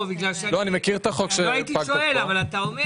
אני מכיר את החוק שפג תוקפו --- דיר